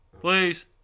Please